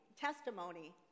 testimony